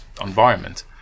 environment